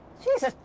jesus,